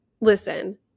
Listen